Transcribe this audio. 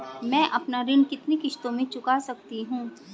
मैं अपना ऋण कितनी किश्तों में चुका सकती हूँ?